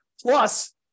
Plus